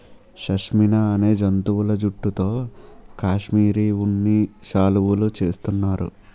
షష్మినా అనే జంతువుల జుట్టుతో కాశ్మిరీ ఉన్ని శాలువులు చేస్తున్నారు